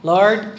Lord